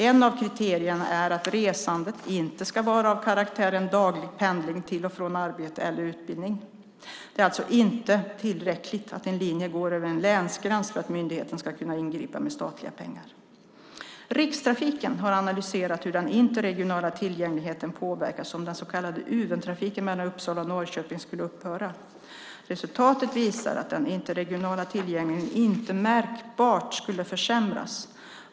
Ett av kriterierna är att resandet inte ska vara av karaktären daglig pendling till och från arbete eller utbildning. Det är alltså inte tillräckligt att en linje går över en länsgräns för att myndigheten ska kunna ingripa med statliga pengar. Rikstrafiken har analyserat hur den interregionala tillgängligheten påverkas om den så kallade Uventrafiken mellan Uppsala och Norrköping skulle upphöra. Resultaten visar att den interregionala tillgängligheten inte märkbart skulle försämras.